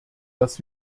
dass